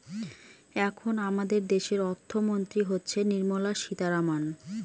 এখন আমাদের দেশের অর্থমন্ত্রী হচ্ছেন নির্মলা সীতারামন